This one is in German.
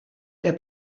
der